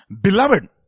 beloved